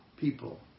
people